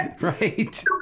Right